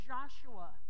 Joshua